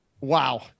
wow